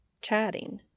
chatting